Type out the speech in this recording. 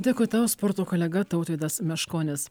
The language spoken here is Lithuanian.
dėkui tau sporto kolega tautvydas meškonis